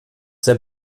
der